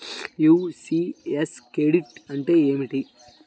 ECS credit అంటే ఏమిటి?